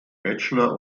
bachelor